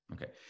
Okay